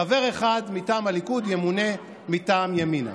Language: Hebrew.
חבר אחד מטעם הליכוד ימונה מטעם ימינה.